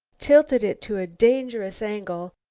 tilted it to a dangerous angle,